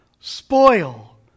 spoil